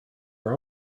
are